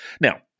Now